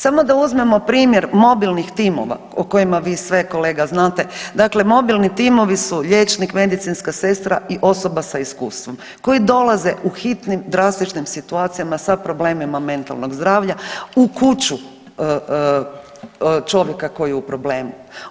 Samo da uzmemo primjer mobilnih timova o kojima vi sve kolega znate, dakle mobilni timovi su liječnik, medicinska sestra i osoba sa iskustvom koji dolaze u hitnim drastičnim situacijama sa problemima mentalnog zdravlja u kuću čovjeka koji je u problemu.